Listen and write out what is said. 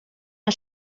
mae